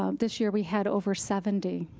um this year, we had over seventy.